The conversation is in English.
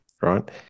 right